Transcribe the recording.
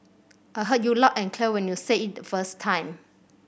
I heard you loud and clear when you said it the first time